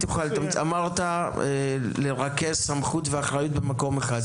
אמרת: לרכז סמכות ואחריות במקום אחד.